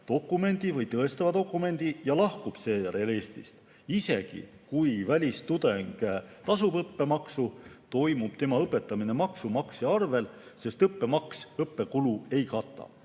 kõrgharidust tõendava dokumendi ja lahkub seejärel Eestist. Isegi kui välistudeng tasub õppemaksu, toimub tema õpetamine maksumaksja arvel, sest õppemaks õppekulu ei kata.